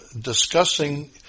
discussing